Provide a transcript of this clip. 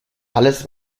alles